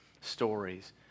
stories